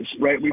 Right